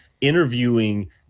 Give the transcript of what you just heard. interviewing